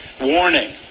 Warning